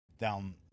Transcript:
down